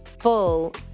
full